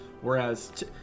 whereas